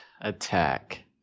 Attack